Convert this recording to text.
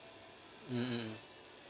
mm